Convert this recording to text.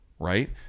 Right